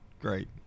Great